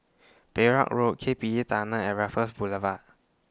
Perak Road K P E Tunnel and Raffles Boulevard